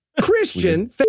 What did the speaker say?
Christian